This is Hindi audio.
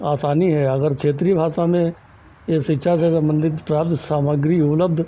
आसानी है अगर क्षेत्रीय भाषा में यह शिक्षा से सम्बन्धित प्राप्त सामग्री उपलब्ध